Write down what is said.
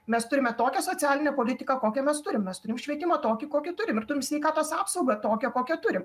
mes turime tokią socialinę politiką kokią mes turime mes turim švietimą tokį kokį turim ir turim sveikatos apsaugą tokią kokią turim